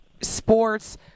sports